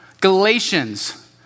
Galatians